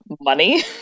money